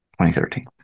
2013